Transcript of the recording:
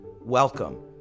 welcome